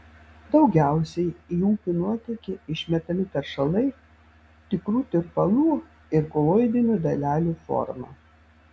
daugiausiai į upių nuotėkį išmetami teršalai tikrų tirpalų ir koloidinių dalelių forma